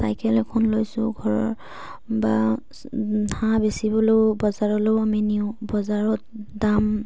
cycle এখন লৈছোঁ ঘৰৰ বা হাঁহ বেচিবলৈয়ো বজাৰলৈয়ো আমি নিওঁ বজাৰত দাম